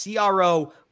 CRO